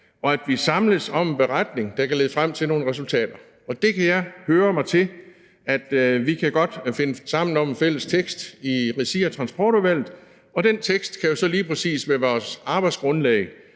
og at vi samles om en beretning, der kan lede frem til nogle resultater. Og jeg kan høre mig til, at vi godt kan finde sammen om en fælles tekst i regi af Transportudvalget, og den tekst kan jo så lige præcis være vores arbejdsgrundlag,